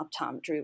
optometry